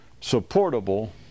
supportable